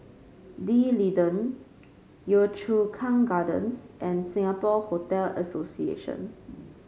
D'Leedon Yio Chu Kang Gardens and Singapore Hotel Association